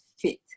fit